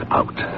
out